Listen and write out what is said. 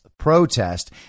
protest